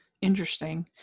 interesting